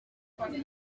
mede